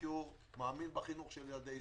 כי הוא מאמין בחינוך של ילדי ישראל,